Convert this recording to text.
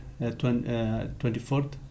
24th